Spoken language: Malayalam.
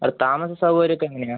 അവിടെ താമസ സൗകര്യമൊക്കെ എങ്ങനെയാണ്